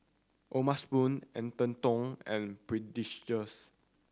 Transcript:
O'ma Spoon Atherton and